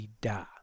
da